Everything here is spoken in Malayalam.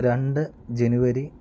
രണ്ട് ജനുവരി